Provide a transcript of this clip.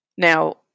Now